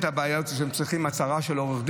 שם מה שאתה מצהיר זה נכון.